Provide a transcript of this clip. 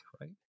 right